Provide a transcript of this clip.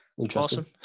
interesting